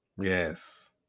yes